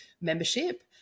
membership